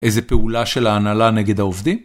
איזו פעולה של ההנהלה נגד העובדים?